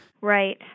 Right